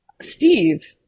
Steve